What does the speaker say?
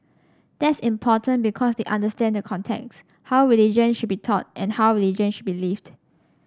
that's important because they understand the contexts how religion should be taught and how religion should be lived